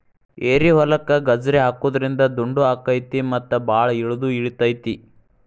ಏರಿಹೊಲಕ್ಕ ಗಜ್ರಿ ಹಾಕುದ್ರಿಂದ ದುಂಡು ಅಕೈತಿ ಮತ್ತ ಬಾಳ ಇಳದು ಇಳಿತೈತಿ